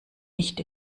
nicht